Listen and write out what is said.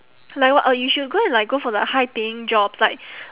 like what uh you should go and like go for the high paying jobs like